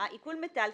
עיקול מיטלטלין.